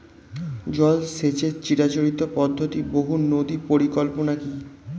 জল সেচের চিরাচরিত পদ্ধতি বহু নদী পরিকল্পনা কি?